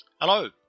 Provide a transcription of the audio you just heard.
Hello